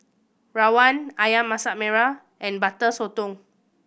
rawon Ayam Masak Merah and Butter Sotong